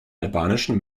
albanischen